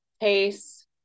pace